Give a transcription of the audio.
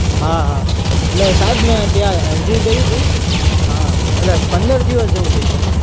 હા હા એટલે સાહેબ મેં ત્યાં અરજી કરી હતી હા એટલે પંદર દિવસ જેવું થઈ ગયું છે